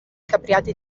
capriate